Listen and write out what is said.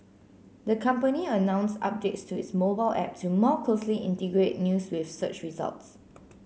the company announced updates to its mobile app to more closely integrate news with search results